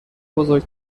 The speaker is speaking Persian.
بزرگ